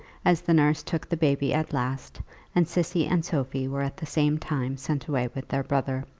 as the nurse took the baby at last and cissy and sophie were at the same time sent away with their brother.